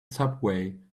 subway